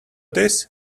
this